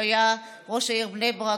שהיה ראש העיר בני ברק,